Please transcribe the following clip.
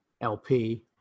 LP